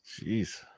Jeez